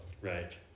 right